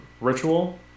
Ritual